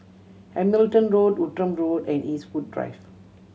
Hamilton Road Outram Road and Eastwood Drive